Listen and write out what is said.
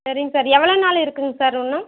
சரிங்க சார் எவ்வளோ நாள் இருக்கும்ங்க சார் இன்னும்